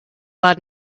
loud